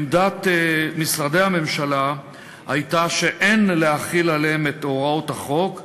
עמדת משרדי הממשלה הייתה שאין להחיל עליהם את הוראות החוק,